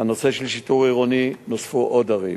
הנושא של שיטור עירוני, נוספו עוד ערים,